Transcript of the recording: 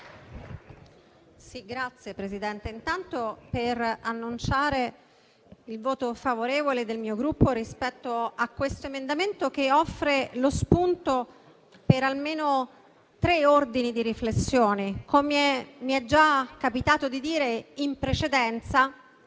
Signora Presidente, intanto vorrei annunciare il voto favorevole del mio Gruppo rispetto a questo emendamento che offre lo spunto per almeno tre ordini di riflessioni: come mi è già capitato di dire in precedenza,